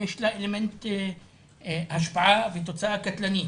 יש לה השפעה ותוצאה קטלנית.